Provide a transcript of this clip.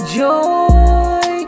joy